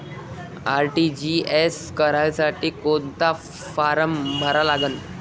RTGS करासाठी कोंता form भरा लागन?